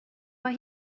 mae